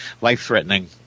life-threatening